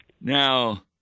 Now